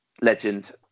legend